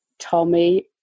Tommy